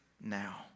now